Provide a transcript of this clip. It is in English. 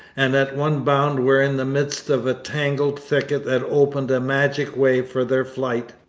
and at one bound were in the midst of a tangled thicket that opened a magic way for their flight.